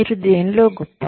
మీరు దేనిలో గొప్ప